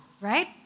right